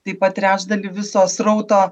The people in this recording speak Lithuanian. taip pat trečdalį viso srauto